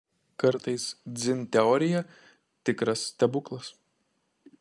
kartais dzin teorija tikras stebuklas